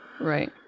Right